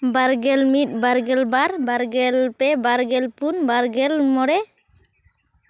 ᱵᱟᱨᱜᱮᱞ ᱢᱤᱫ ᱵᱟᱨᱜᱮᱞ ᱵᱟᱨ ᱵᱟᱨᱜᱮᱞ ᱯᱮ ᱵᱟᱨᱜᱮᱞ ᱯᱩᱱ ᱵᱟᱨᱜᱮᱞ ᱢᱚᱬᱮ